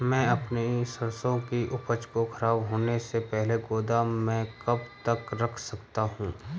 मैं अपनी सरसों की उपज को खराब होने से पहले गोदाम में कब तक रख सकता हूँ?